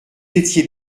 étiez